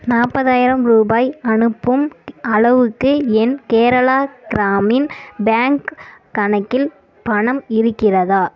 நாற்பதாயிரம் ரூபாய் அனுப்பும் அளவுக்கு என் கேரளா கிராமின் பேங்க் கணக்கில் பணம் இருக்கிறதா